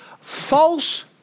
false